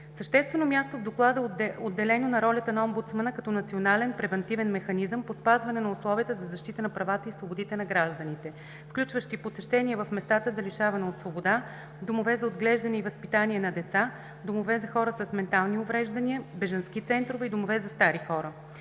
Съществено място в Доклада е отделено на ролята на омбудсмана като Национален превантивен механизъм по спазване на условията за защита на правата и свободите на гражданите, включващи посещения в местата за лишаване от свобода, домове за отглеждане и възпитание на деца, домове за хора с ментални увреждания, бежански центрове и домове за стари хора.